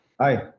Hi